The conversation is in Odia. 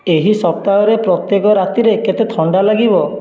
ଏହି ସପ୍ତାହରେ ପ୍ରତ୍ୟେକ ରାତିରେ କେତେ ଥଣ୍ଡା ଲାଗିବ